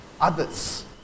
others